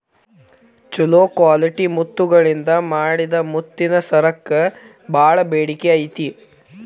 ಚೊಲೋ ಕ್ವಾಲಿಟಿ ಮುತ್ತಗಳಿಂದ ಮಾಡಿದ ಮುತ್ತಿನ ಸರಕ್ಕ ಬಾಳ ಬೇಡಿಕೆ ಐತಿ